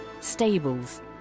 Stables